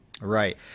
Right